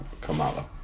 Kamala